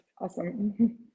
awesome